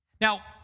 Now